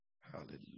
Hallelujah